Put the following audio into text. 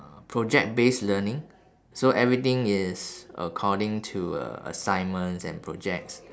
uh project based learning so everything is according to uh assignments and projects